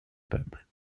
peuples